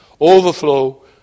overflow